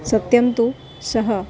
सत्यं तु सः